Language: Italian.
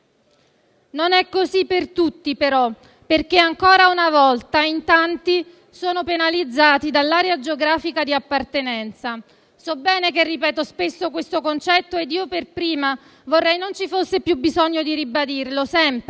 Non è così per tutti però, perché ancora una volta in tanti sono penalizzati dall'area geografica di appartenenza. So bene che ripeto spesso questo concetto ed io per prima vorrei non ci fosse più bisogno di ribadirlo sempre,